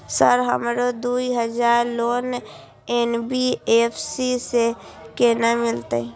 Sir हमरो दूय हजार लोन एन.बी.एफ.सी से केना मिलते?